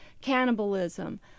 cannibalism